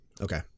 okay